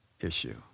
issue